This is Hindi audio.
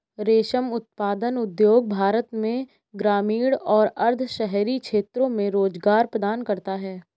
रेशम उत्पादन उद्योग भारत में ग्रामीण और अर्ध शहरी क्षेत्रों में रोजगार प्रदान करता है